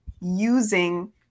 using